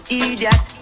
idiot